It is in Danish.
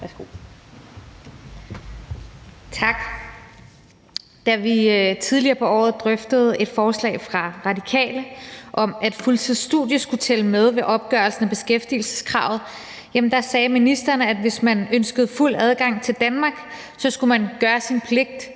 Tak. Da vi tidligere på året drøftede et forslag fra Radikale om, at et fuldtidsstudie skulle tælle med ved opgørelsen af beskæftigelseskravet, sagde ministeren, at hvis man ønskede fuld adgang til Danmark, skulle man gøre sin pligt